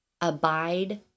abide